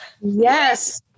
Yes